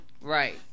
Right